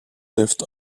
lived